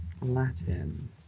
Latin